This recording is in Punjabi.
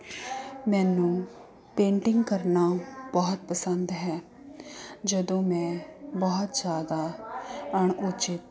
ਮੈਨੂੰ ਪੇਂਟਿੰਗ ਕਰਨਾ ਬਹੁਤ ਪਸੰਦ ਹੈ ਜਦੋਂ ਮੈਂ ਬਹੁਤ ਜ਼ਿਆਦਾ ਅਣਉਚਿਤ